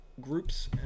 groups